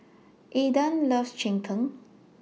Aydan loves Cheng Tng